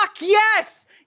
yes